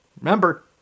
remember